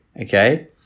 okay